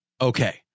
Okay